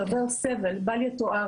שעובר סבל בל יתואר,